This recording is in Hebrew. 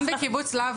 גם בקיבוץ להב,